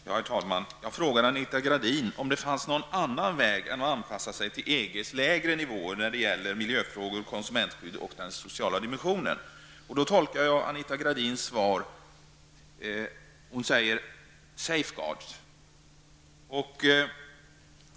Herr talman! Jag frågade Anita Gradin om det fanns någon annan väg än att anpassa sig till EGs lägre nivåer när det gäller miljöfrågor, konsumentskydd och den sociala dimensionen. I sitt svar talade Anita Gradin om ''safe guards''.